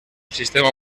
sistema